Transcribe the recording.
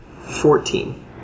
Fourteen